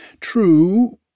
True